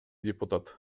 депутат